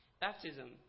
Baptism